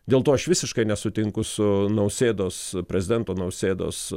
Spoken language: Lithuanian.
dėl to aš visiškai nesutinku su nausėdos prezidento nausėdos